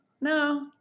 no